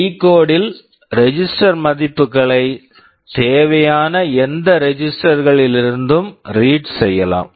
decode decode ல் register register மதிப்புகளை தேவையான எந்த ரெஜிஸ்டர் register களிலிருந்தும் ரீட் read செய்யலாம்